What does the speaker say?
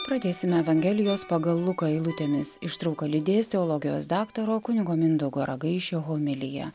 pradėsime evangelijos pagal luką eilutėmis ištrauką lydės teologijos daktaro kunigo mindaugo ragaišio homilija